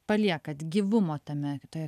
paliekat gyvumo tame toje